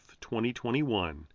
2021